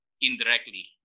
indirectly